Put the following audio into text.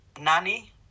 Nani